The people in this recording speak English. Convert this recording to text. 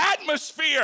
atmosphere